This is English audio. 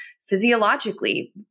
physiologically